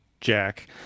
jack